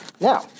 Now